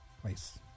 Place